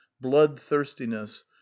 bloodthirstiness